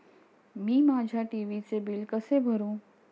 मी माझ्या टी.व्ही चे बिल कसे भरू?